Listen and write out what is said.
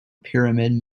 pyramid